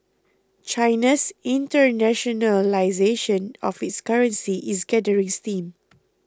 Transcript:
China's internationalisation of its currency is gathering steam